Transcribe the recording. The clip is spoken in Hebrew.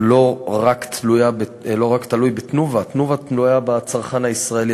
לא תלוי רק ב"תנובה" "תנובה" תלויה בצרכן הישראלי.